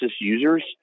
users